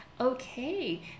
Okay